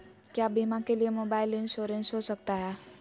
क्या बीमा के लिए मोबाइल इंश्योरेंस हो सकता है?